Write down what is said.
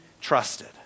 trusted